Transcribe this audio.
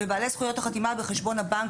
ובעלי זכויות החתימה בחשבון הבנק